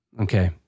Okay